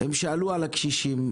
הם שאלו על הקשישים,